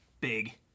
big